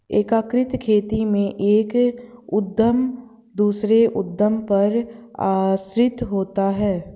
एकीकृत खेती में एक उद्धम दूसरे उद्धम पर आश्रित होता है